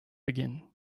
begin